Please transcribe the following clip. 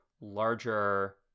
larger